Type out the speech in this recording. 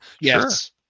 Yes